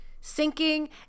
sinking